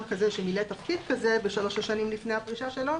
שמילא תפקיד כזה בשלוש השנים לפני פרישתו,